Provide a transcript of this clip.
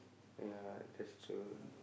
ya that's true